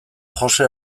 joxe